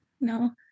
no